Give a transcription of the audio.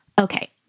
Okay